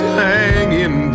hanging